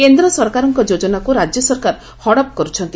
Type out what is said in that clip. କେନ୍ଦ୍ର ସରକାରଙ୍କ ଯୋଜନାକୁ ରାଜ୍ୟ ସରକାର ହଡପ କରୁଛନ୍ତି